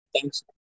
Thanks